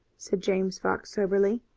said james fox, soberly.